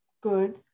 good